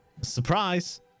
Surprise